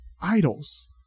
idols